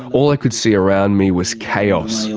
all i could see around me was chaos.